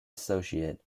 associate